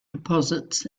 deposits